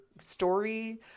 story